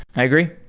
i agree.